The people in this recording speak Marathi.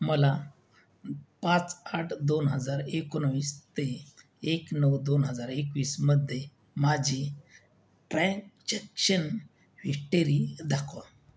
मला पाच आठ दोन हजार एकोणवीस ते एक नऊ दोन हजार एकवीसमधे माझी ट्रान्जॅक्शन हिष्टेरी दाखवा